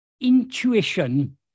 Intuition